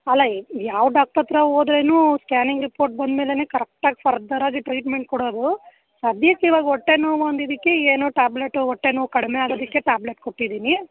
ಅಲ್ಲ ಯಾವ ಡಾಕ್ಟರ್ ಹತ್ರ ಹೋದ್ರೇನು ಸ್ಕ್ಯಾನಿಂಗ್ ರಿಪೋರ್ಟ್ ಬಂದ ಮೇಲೇ ಕರೆಕ್ಟಾಗಿ ಫರ್ದರಾಗಿ ಟ್ರೀಟ್ಮೆಂಟ್ ಕೊಡೋದು ಸದ್ಯಕ್ಕೆ ಇವಾಗ ಹೊಟ್ಟೆ ನೋವು ಅಂದಿದ್ದಕ್ಕೆ ಏನು ಟ್ಯಾಬ್ಲೆಟು ಹೊಟ್ಟೆ ನೋವು ಕಡಿಮೆಯಾಗದಿಕ್ಕೆ ಟ್ಯಾಬ್ಲೆಟ್ ಕೊಟ್ಟಿದ್ದೀನಿ